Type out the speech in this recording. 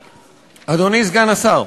אדוני סגן השר.